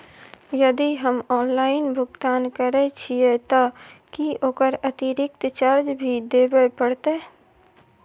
यदि हम ऑनलाइन भुगतान करे छिये त की ओकर अतिरिक्त चार्ज भी देबे परतै?